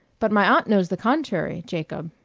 but my aunt knows the contrary, jacob.